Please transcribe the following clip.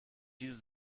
diese